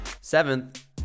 Seventh